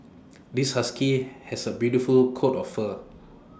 this husky has A beautiful coat of fur